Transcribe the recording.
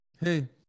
Hey